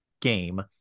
game